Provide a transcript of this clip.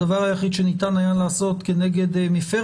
הדבר היחיד שניתן היה לעשות כנגד מפר